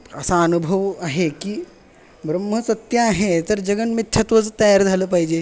असा अनुभव आहे की ब्रह्मसत्य आहे तर जगन मिथ्यत्वच तयार झालं पाहिजे